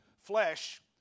flesh